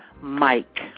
mike